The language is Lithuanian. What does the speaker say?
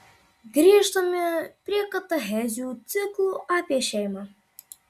grįžtame prie katechezių ciklo apie šeimą